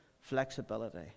flexibility